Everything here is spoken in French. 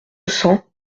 cents